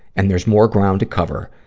and there's more ground to cover.